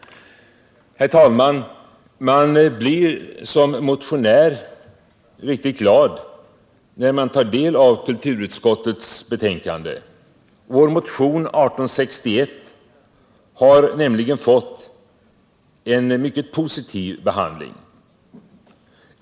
Herr talman! Man blir som motionär riktigt glad när man tar del av kulturutskottets betänkande. Vår motion nr 1861 har nämligen fått en mycket positiv behandling.